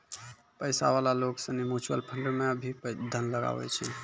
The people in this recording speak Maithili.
पैसा वाला लोग सनी म्यूचुअल फंड मे भी धन लगवै छै